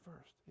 first